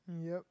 yup